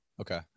okay